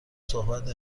صحبت